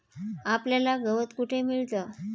आपल्याला गवत कुठे मिळतं?